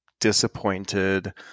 disappointed